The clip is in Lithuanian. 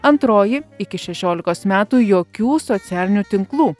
antroji iki šešiolikos metų jokių socialinių tinklų